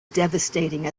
devastating